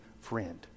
friend